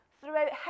throughout